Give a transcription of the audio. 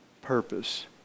purpose